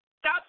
Stop